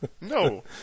No